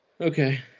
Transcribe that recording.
okay